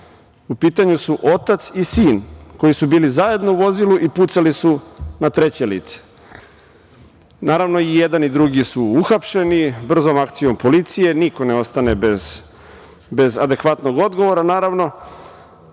U pitanju su otac i sin koji su bili zajedno u vozilu i pucali su na treće lice. Naravno, i jedan i drugi su uhapšeni. Brzom akcijom policije, niko ne ostane bez adekvatnog odgovora. Hoću